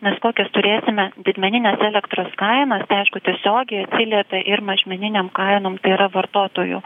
nes kokias turėsime didmeninės elektros kainas aišku tiesiogiai atsiliepia ir mažmeninėm kainom tai yra vartotojų